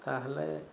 ତାହେଲେ